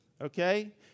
Okay